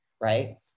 right